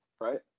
right